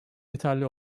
yeterli